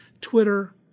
Twitter